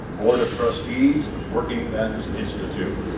board of trustees, working men's institute.